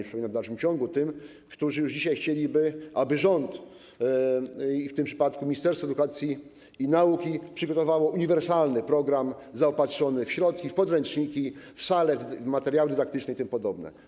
Przypominam to w dalszym ciągu tym, którzy już dzisiaj chcieliby, aby rząd i w tym przypadku Ministerstwo Edukacji i Nauki przygotowało uniwersalny program zaopatrzony w środki, w podręczniki, w sale, materiały dydaktyczne itp.